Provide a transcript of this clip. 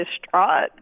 distraught